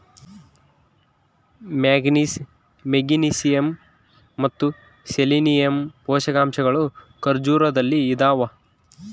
manganese magnesium ಮತ್ತು selenium ಪೋಷಕಾಂಶಗಳು ಖರ್ಜೂರದಲ್ಲಿ ಇದಾವ